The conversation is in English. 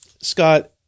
Scott